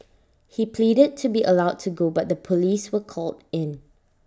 he pleaded to be allowed to go but the Police were called in